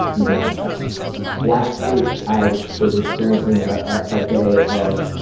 you know last week i was experiencing a day of